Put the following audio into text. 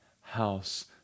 house